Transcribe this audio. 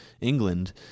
England